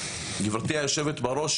גברתי היושבת בראש,